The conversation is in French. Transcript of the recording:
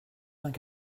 vingt